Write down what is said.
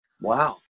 Wow